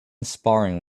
sparing